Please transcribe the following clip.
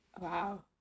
Wow